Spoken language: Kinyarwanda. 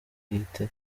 bwite